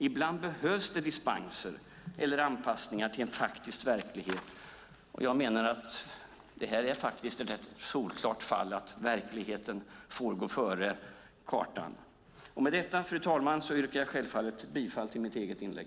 Ibland behövs det dispenser eller anpassningar till en faktisk verklighet, och jag menar att det här är ett rätt solklart fall där verkligheten får gå före kartan. Med detta, fru talman, yrkar jag självfallet bifall till mitt eget inlägg!